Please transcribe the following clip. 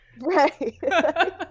Right